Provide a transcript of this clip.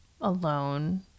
alone